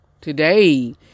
today